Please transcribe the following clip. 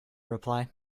reply